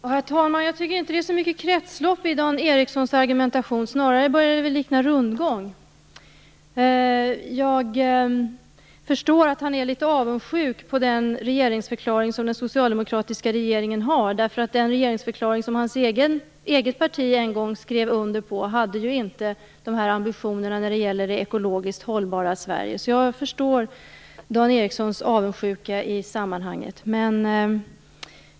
Herr talman! Jag tycker inte att det finns så mycket kretslopp i Dan Ericssons argumentation. Det börjar snarare likna rundgång. Jag förstår att han är litet avundsjuk på den regeringsförklaring som den socialdemokratiska regeringen har. Den regeringsförklaring som hans eget parti en gång skrev under hade ju inte dessa ambitioner när det gäller det ekologiskt hållbara Sverige. Jag förstår Dan Ericssons avundsjuka i sammanhanget.